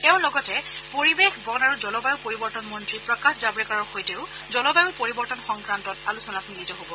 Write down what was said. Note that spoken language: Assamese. তেওঁ লগতে পৰিৱেশ বন আৰু জলবায়ু পৰিৱৰ্তন মন্তী প্ৰকাশ জাভডেকাৰৰ সৈতেও জলবায়ুৰ পৰিবৰ্তন সংক্ৰান্তত আলোচনাত মিলিত হব